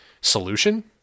solution